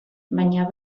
baina